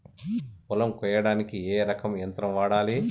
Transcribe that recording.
పొలం కొయ్యడానికి ఏ రకం యంత్రం వాడాలి?